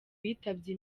yitabye